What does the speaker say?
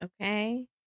Okay